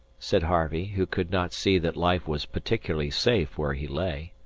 said harvey, who could not see that life was particularly safe where he lay.